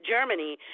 Germany